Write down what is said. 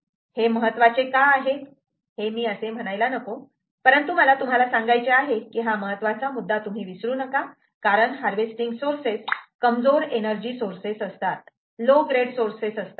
हे महत्वाचे का आहे हे मी असे म्हणायला नको परंतु मला तुम्हाला सांगायचे आहे की हा महत्वाचा मुद्दा तुम्ही विसरू नका कारण हार्वेस्टिंग सोर्सेस कमजोर एनर्जी सोर्सेस असतात लो ग्रेड सोर्सेस असतात